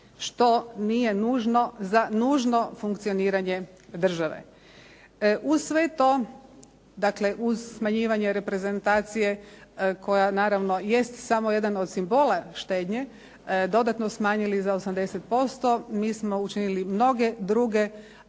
što nije nužno za nužno funkcioniranje države. Uz sve to, dakle uz smanjivanje reprezentacije koja naravno jest samo jedan od simbola štednje, dodatno smanjili za 80%. Mi smo učinili mnoge druge